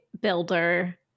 builder